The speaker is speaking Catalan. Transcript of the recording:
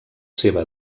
seva